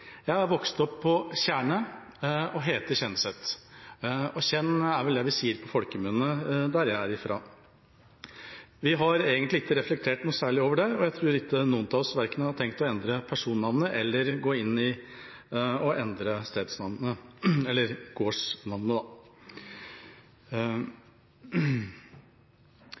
Jeg har vokst opp på Tjernet og heter Kjenseth. «Kjenn» er det vi sier på folkemunne der jeg er fra. Vi har egentlig ikke reflektert noe særlig over det, og jeg tror ikke noen av oss verken har tenkt å endre personnavnet eller gå inn og endre gårdsnavnet. Når det gjelder lovendringa her i